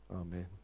Amen